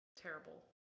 Terrible